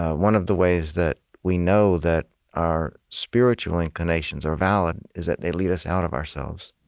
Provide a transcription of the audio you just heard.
ah one of the ways that we know that our spiritual inclinations are valid is that they lead us out of ourselves